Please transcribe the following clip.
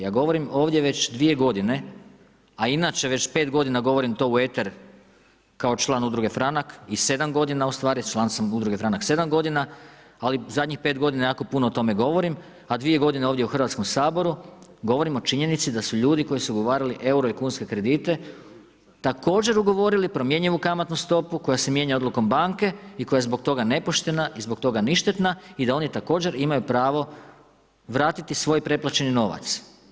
Ja govorim ovdje već 2 godine, a inače već 5 godina govorim to u eter kao član Udruge Franak i 7 godina, ustvari, član sam Udruge Franak 7 godina, ali zadnjih 5 godina jako puno o tome govorim a 2 godine ovdje u Hrvatskom saboru, govorim o činjenici da su ljudi koji su ugovarali euro i kunske kredite također ugovorili promjenjivu kamatnu stopu koja se mijenja odlukom banke i koja je zbog toga nepoštena i zbog toga ništetna i da oni također imaju pravo vratiti svoj preplaćeni novac.